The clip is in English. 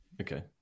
Okay